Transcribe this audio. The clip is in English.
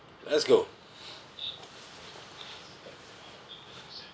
let's go